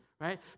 right